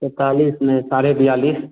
पैंतालीस नहीं साढ़े बयालीस